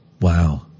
Wow